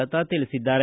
ಲತಾ ತಿಳಿಸಿದ್ದಾರೆ